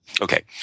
Okay